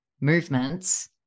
movements